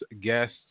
guest